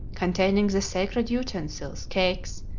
containing sacred utensils, cakes,